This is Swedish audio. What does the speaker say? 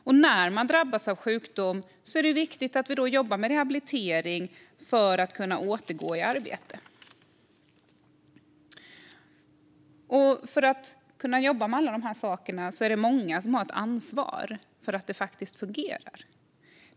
Och när man drabbas av sjukdom är det viktigt att jobba med rehabilitering för att kunna återgå i arbete. För att vi ska kunna jobba med alla de här sakerna är det många som har ett ansvar för att det faktiskt fungerar.